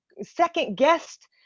second-guessed